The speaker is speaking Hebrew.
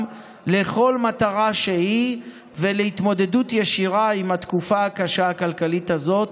לכל מטרה שהיא להתמודדות ישירה עם התקופה הקשה הכלכלית הזאת,